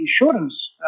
insurance